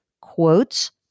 quotes